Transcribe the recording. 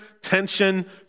tension